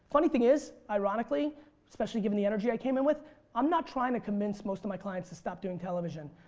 funny thing is ironically especially given the energy i came in with i'm not trying to convince most of my clients to stop doing television.